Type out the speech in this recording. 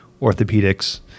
orthopedics